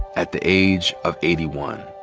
at the age of eighty one.